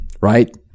right